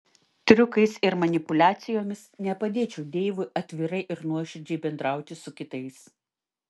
triukais ir manipuliacijomis nepadėčiau deivui atvirai ir nuoširdžiai bendrauti su kitais